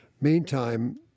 Meantime